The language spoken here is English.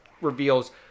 reveals